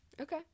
Okay